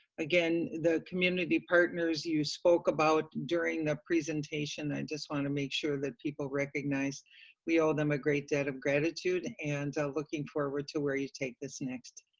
again, the community partners you spoke about during the presentation, i just want to make sure that people recognize we owe them a great debt of gratitude. and looking forward to where you take this next.